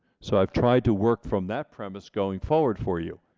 so i've tried to work from that premise going forward for you.